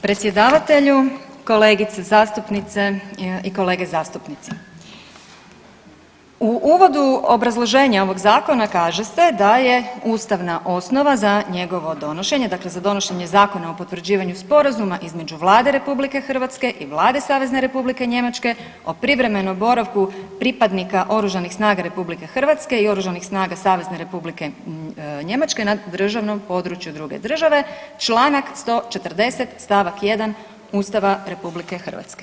Predsjedavatelju, kolegice zastupnice i kolege zastupnici, u uvodu obrazloženja ovog zakona kaže se da je ustavna osnova za njegovo donošenje, dakle za donošenje Zakona o potvrđivanju sporazuma između Vlade RH i Vlade Savezne Republike Njemačke o privremenom boravku pripadnika Oružanih snaga RH i Oružanih snaga Savezne Republike Njemačke na državnom području druge države, Članak 140. stavak 1. Ustava RH.